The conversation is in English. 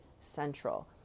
central